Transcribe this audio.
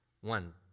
One